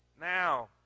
Now